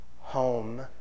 home